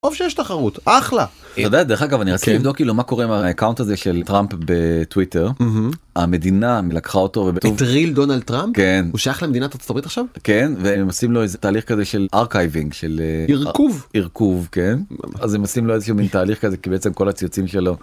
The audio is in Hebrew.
יש תחרות אחלה דרך אגב אני רוצה לבדוק כאילו מה קורה עם האקאונט הזה של טראמפ בטוויטר המדינה לקחה אותו בטריל דונלד טראמפ הוא שייך למדינת הציבורית עכשיו כן ועושים לו איזה תהליך כזה של ארכיבינג של ארכוב ארכוב כן אז הם עושים לו איזה תהליך כזה כי בעצם כל הציוצים שלו.